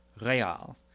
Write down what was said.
real